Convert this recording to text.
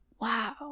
wow